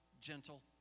gentle